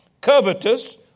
covetous